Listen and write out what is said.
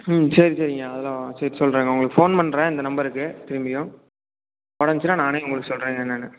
ம் சரி சரிங்க அதெலாம் சரி சொல்கிறேங்க உங்களுக்கு ஃபோன் பண்ணுறேன் இந்த நம்பருக்கு திரும்பியும் உடைஞ்சிச்சுனா நானே உங்களுக்கு சொல்கிறேங்க என்னெனு